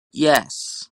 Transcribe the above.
yes